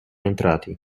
entrati